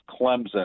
clemson